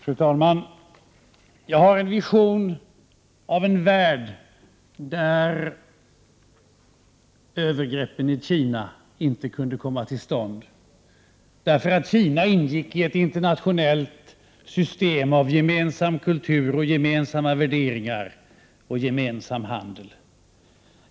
Fru talman! Jag har en vision av en värld där övergreppen i Kina inte kunde komma till stånd, därför att Kina ingick i ett internationellt system av gemensam kultur, gemensamma värderingar och gemensam handel.